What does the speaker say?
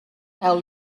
now